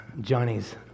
Johnny's